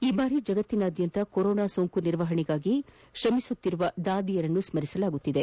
ಈ ಬಾರಿ ಜಗತ್ತಿನಾದ್ಯಂತ ಕೊರೋನಾ ಸೋಂಕು ನಿವಾರಣೆಗಾಗಿ ಶ್ರಮಿಸುತ್ತಿರುವ ದಾದಿಯರನ್ನು ಸ್ಮರಿಸಲಾಗುತ್ತಿದೆ